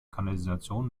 kanalisation